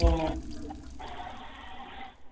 ए